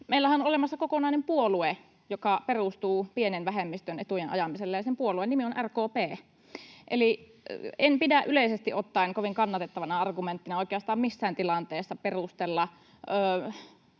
meillähän on olemassa kokonainen puolue, joka perustuu pienen vähemmistön etujen ajamiselle, ja sen puolueen nimi on RKP. Eli en pidä yleisesti ottaen kovin kannatettavana argumenttina oikeastaan missään tilanteessa perustella